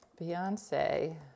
Beyonce